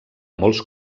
molts